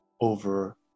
over